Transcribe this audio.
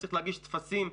צריך להגיש טפסים.